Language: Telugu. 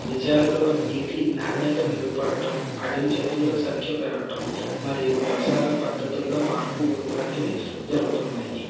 విజయాల్లో నీటి నాణ్యత మెరుగుపడటం అడవి జంతువుల సంఖ్య పెరగటం మరియు వ్యవసాయ పద్ధతుల్లో మార్పులు లాంటివి జరుగుతున్నాయి